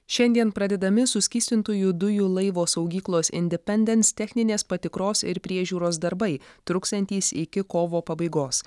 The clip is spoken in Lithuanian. šiandien pradedami suskystintųjų dujų laivo saugyklos independence techninės patikros ir priežiūros darbai truksiantys iki kovo pabaigos